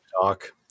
talk